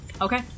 Okay